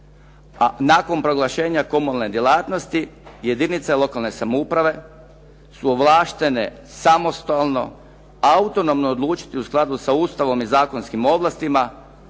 nakon proglašenja komunalne djelatnosti jedinice lokalne samouprave su ovlaštene samostalno autonomno odlučiti u skladu sa Ustavom i zakonskim ovlastima